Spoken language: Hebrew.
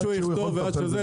עד שהוא יפתור ועד שזה,